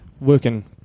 working